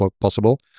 possible